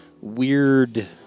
weird